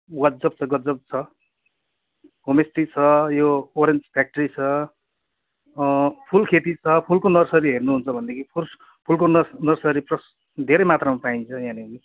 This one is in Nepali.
वाज्जब छ गज्जब छ होमस्टे छ यो ओरेन्ज फ्याक्ट्री छ फुल खेती छ फुलको नर्सरी हेर्नुहुन्छ भनेदेखि फ्रुस फुलको नर्स नर्सरी प्रस धेरै मात्रा पाइन्छ यहाँनेरि